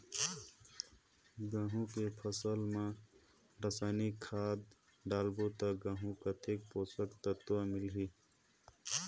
गंहू के फसल मा रसायनिक खाद डालबो ता गंहू कतेक पोषक तत्व मिलही?